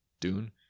dune